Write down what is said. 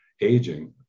aging